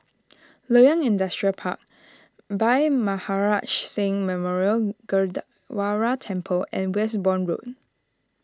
Loyang Industrial Park Bhai Maharaj shh Singh Memorial Gurdwara Temple and Westbourne Road